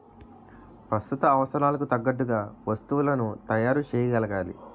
ప్రస్తుత అవసరాలకు తగ్గట్టుగా వస్తువులను తయారు చేయగలగాలి